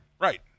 Right